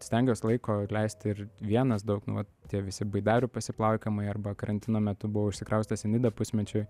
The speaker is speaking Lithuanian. stengiuos laiko leisti ir vienas daug nu vat tie visi baidarių pasiplaukiojimai arba karantino metu buvau išsikraustęs į nidą pusmečiui